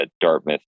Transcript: Dartmouth